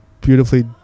beautifully